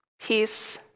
peace